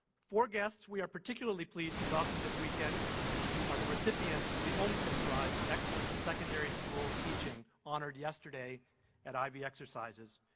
four guests we are particularly pleased to welcome this weekend are the recipients of the olmsted prize for excellence in secondary school teaching, honored yesterday at ivy exercises.